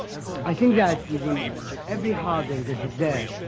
i think that within every heart there is a desire,